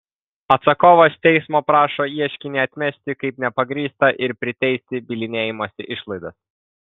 atsakovas teismo prašo ieškinį atmesti kaip nepagrįstą ir priteisti bylinėjimosi išlaidas